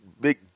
big